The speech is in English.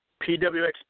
Pwx